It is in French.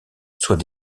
soit